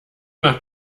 nach